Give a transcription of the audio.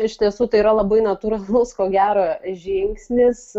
iš tiesų tai yra labai natūralus ko gero žingsnis